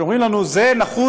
כשאומרים לנו: זה נחוץ